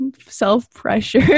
self-pressure